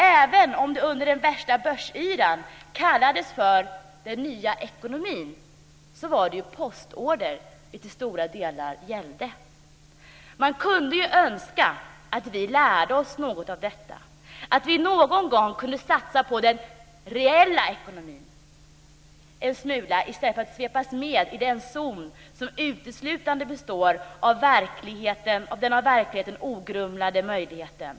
Även om det under den värsta börsyran kallades för den nya ekonomin så var det ju postorder som det till stora delar gällde. Man kunde önska att vi skulle ha lärt oss något av detta - att vi någon gång kunde satsa på den reella ekonomin en smula i stället för att svepas med i den zon som uteslutande består av den av verkligheten ogrumlade möjligheten.